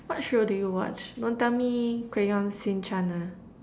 what show do you watch don't tell me Crayon-Shin-chan ah